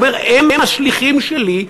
הוא אומר: הם השליחים שלי,